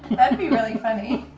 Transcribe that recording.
that'd be really funny.